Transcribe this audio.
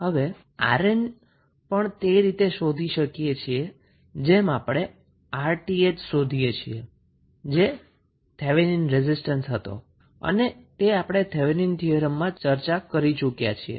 હવે 𝑅𝑁 પણ તે રીતે શોધી શકીએ છીએ જેમ આપણે 𝑅𝑇ℎ શોધીએ છીએ જે થેવેનીન રેઝિસ્ટન્સ હતો અને તે આપણે થેવેનીનના થીયરમમાં ચર્ચા કરી ચુક્યા છીએ